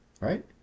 Right